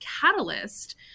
catalyst